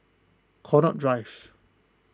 Connaught Drive